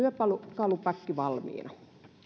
työkalupakki valmiina